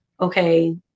okay